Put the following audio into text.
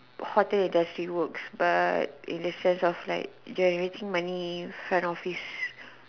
hotel industry works but in the sense of like generating money front office